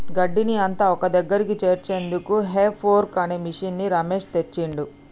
గడ్డిని అంత ఒక్కదగ్గరికి చేర్చేందుకు హే ఫోర్క్ అనే మిషిన్ని రమేష్ తెచ్చిండు